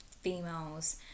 females